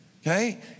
Okay